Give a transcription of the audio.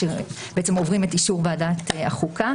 שבעצם עוברים את אישור ועדת החוקה.